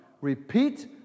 Repeat